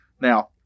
Now